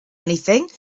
anything